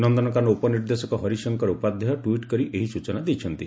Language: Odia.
ନନକାନନ ଉପନିର୍ଦ୍ଦେଶକ ହରିଶଙ୍କର ଉପାଧ୍ଯାୟ ଟ୍ୱିଟ୍ କରି ଏହି ସୂଚନା ଦେଇଛନ୍ତି